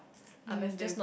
unless they